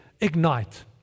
ignite